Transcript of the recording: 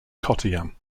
kottayam